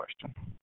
question